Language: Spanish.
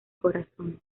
corazón